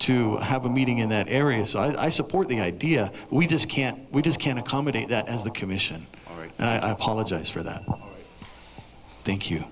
to have a meeting in that area so i support the idea we just can't we just can't accommodate that as the commission and i apologize for that thank you